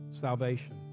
Salvation